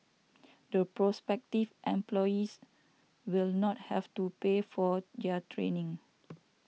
the prospective employees will not have to pay for their training